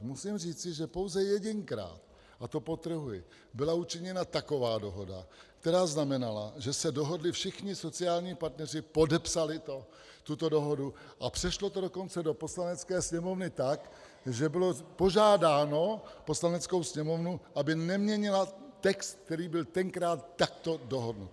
Musím říci, že pouze jedinkrát, a to podtrhuji, byla učiněna taková dohoda, která znamenala, že se dohodli všichni sociální partneři, podepsali tuto dohodu a přešlo to dokonce do Poslanecké sněmovny tak, že byla požádána Poslanecká sněmovna, aby neměnila text, který byl tenkrát takto dohodnut.